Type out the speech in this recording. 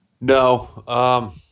No